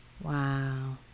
Wow